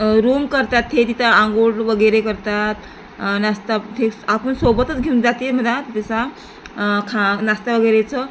room करतात ते तिथं अंघोळ वगैरे करतात नाश्ता तेच आपण सोबतच घेऊन जाते म्हणा तसा खा ना वगैरेचं